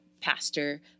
pastor